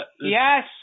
Yes